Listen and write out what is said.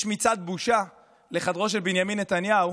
יש מצעד בושה לחדרו של בנימין נתניהו,